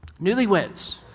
newlyweds